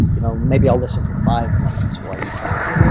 you know maybe i'll listen for five minutes while you talk.